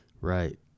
right